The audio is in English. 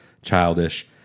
childish